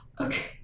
Okay